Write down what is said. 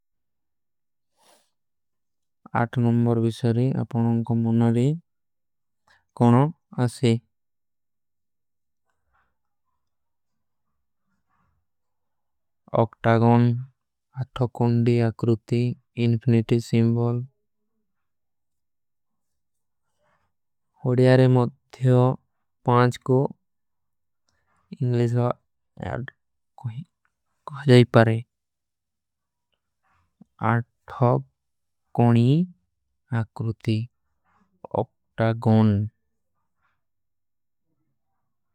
ଆଠୋ ନୁମ୍ବର ଵିଶରୀ, ଅପନୋଂ କୋ ମୁନନେ କୌନୋଂ ଆଶେ। ଅକ୍ଟାଗୋନ, ଆଠୋ କୌନୀ ଅକ୍ରୁତି, ଇନ୍ଫିନିଟୀ ସିମ୍ବଲ। ହୋଡିଯାରେ ମଧ୍ଯୋଂ, ପାଁଚ କୋ ଇଂଗ୍ଲେଜ ଵା କହ ଜାଈ ପାରେ। ଆଠୋ କୌନୀ ଅକ୍ରୁତି, ଅକ୍ଟାଗୋନ।